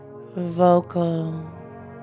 vocal